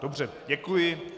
Dobře, děkuji.